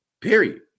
period